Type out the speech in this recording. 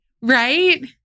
Right